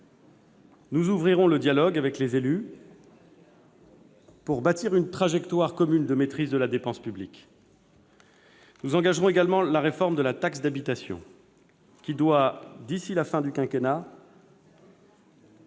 Nous ouvrirons le dialogue avec les élus pour bâtir une trajectoire commune de maîtrise de la dépense publique. Nous engagerons également la réforme de la taxe d'habitation d'ici à la fin du quinquennat.